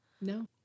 No